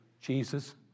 Jesus